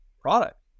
product